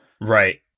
Right